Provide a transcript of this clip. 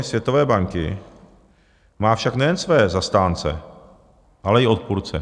Světové banky má však nejen své zastánce, ale i odpůrce.